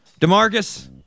Demarcus